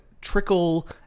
trickle